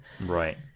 Right